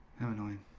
how annoying